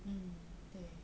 mm 对